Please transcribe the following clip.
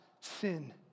sin